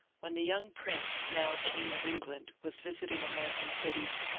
when the young prince, now king of england, was visiting ameri can cities,